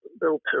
built